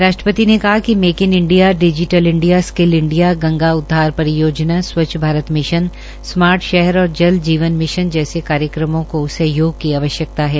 राश्ट्रपति ने कहा कि make in India skill India Ganga उद्वार परियोजना स्वच्छ भारत मि ान स्मार्ट भज्ञहर और जब जीवन भि ान जैसे कार्यक्रमों को सहयोग की आव यकता है